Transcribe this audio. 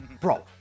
bro